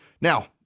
Now